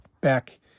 back